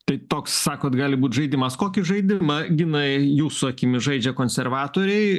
tai toks sakot gali būt žaidimas kokį žaidimą ginai jūsų akimis žaidžia konservatoriai